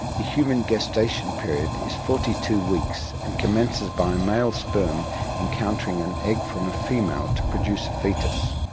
the human gestation period is forty two weeks and commences by a male sperm encountering an egg from a female to produce a foetus.